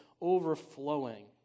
overflowing